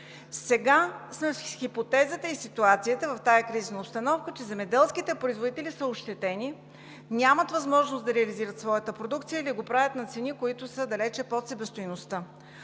сега с хипотезата и ситуацията в тази кризисна обстановка, че земеделските производители са ощетени, нямат възможност да реализират своята продукция или го правят на цени, които са далече под себестойността.